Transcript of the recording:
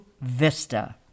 Vista